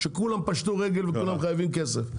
שכולם פשטו רגל וכולם חייבים כסף.